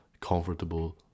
comfortable